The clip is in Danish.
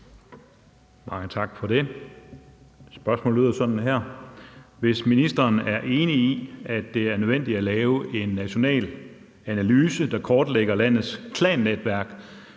Mange tak for det. Spørgsmålet lyder sådan her: Hvis ministeren er enig i, at det er nødvendigt at lave en national analyse, der kortlægger landets klannetværk,